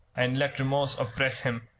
and let remorse oppress him,